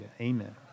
amen